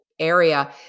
area